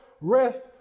rest